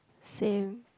same